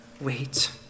wait